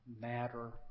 matter